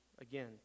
Again